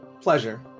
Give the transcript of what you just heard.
Pleasure